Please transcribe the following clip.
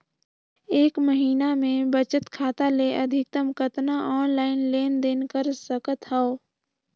एक महीना मे बचत खाता ले अधिकतम कतना ऑनलाइन लेन देन कर सकत हव?